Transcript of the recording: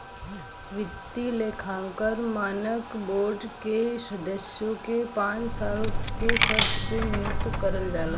वित्तीय लेखांकन मानक बोर्ड के सदस्य के पांच साल के शर्त पे नियुक्त करल जाला